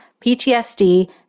PTSD